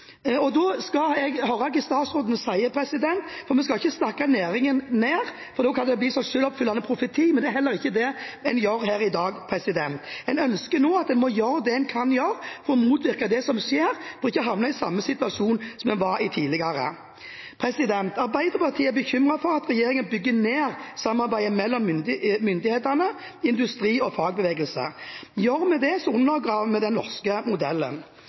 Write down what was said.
for da kan det bli en selvoppfyllende profeti, men det er heller ikke det en gjør her i dag. En ønsker nå at en gjør det en kan gjøre for å motvirke det som skjer, og ikke havner i samme situasjon som en var i tidligere. Arbeiderpartiet er bekymret for at regjeringen bygger ned samarbeidet mellom myndighetene, industri og fagbevegelse. Gjør vi det, undergraver vi den norske modellen.